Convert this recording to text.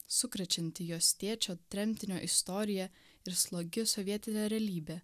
sukrečianti jos tėčio tremtinio istorija ir slogi sovietinė realybė